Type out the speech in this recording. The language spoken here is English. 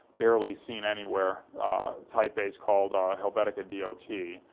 barely seen anywhere typeface called helvetica d o t,